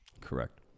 Correct